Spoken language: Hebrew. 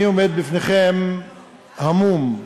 אני עומד בפניכם המום.